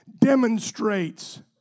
demonstrates